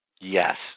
Yes